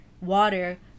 water